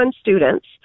students